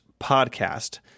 podcast